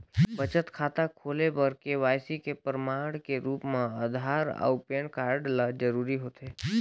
बचत खाता खोले बर के.वाइ.सी के प्रमाण के रूप म आधार अऊ पैन कार्ड ल जरूरी होथे